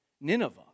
Nineveh